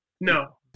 No